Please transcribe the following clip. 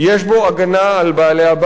יש בו הגנה על בעלי-הבית,